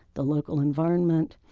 the local environment.